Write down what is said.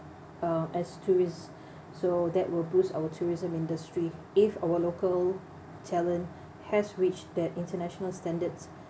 uh as tourists so that will boost our tourism industry if our local talent has reached that international standards